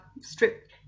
strip